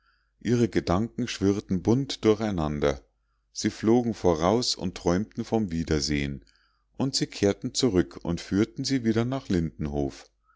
ihre gedanken schwirrten bunt durcheinander sie flogen voraus und träumten vom wiedersehen und sie kehrten zurück und führten sie wieder nach